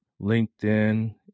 LinkedIn